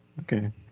Okay